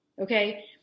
Okay